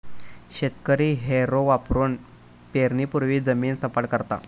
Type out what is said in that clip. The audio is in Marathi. शेतकरी हॅरो वापरुन पेरणीपूर्वी जमीन सपाट करता